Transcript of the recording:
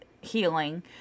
healing